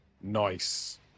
Nice